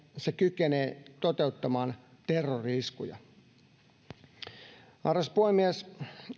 se kykenee toteuttamaan terrori iskuja arvoisa puhemies